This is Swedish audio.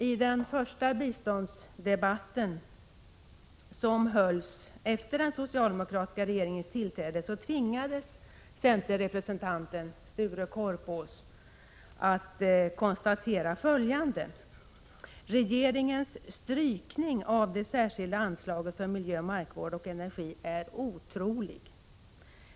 I den första biståndsdebatt som hölls efter den socialdemokratiska regeringens tillträde tvingades centerns representant Sture Korpås att konstatera följande: ”Regeringens strykning av det särskilda anslaget för Miljö, markvård och energi är otrolig.